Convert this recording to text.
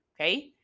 okay